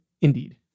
Indeed